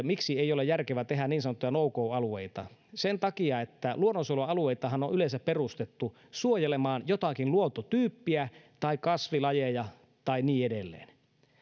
miksi ei ole järkevää tehdä niin sanottuja no go alueita sen takia että luonnonsuojelualueitahan on yleensä perustettu suojelemaan jotakin luontotyyppiä tai kasvilajeja tai niin edelleen